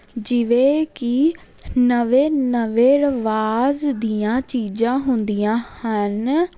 ਜਿਵੇਂ ਕਿ ਨਵੇਂ ਨਵੇਂ ਰਿਵਾਜ਼ ਦੀਆਂ ਚੀਜ਼ਾਂ ਹੁੰਦੀਆਂ ਹਨ